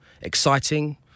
exciting